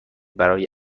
برای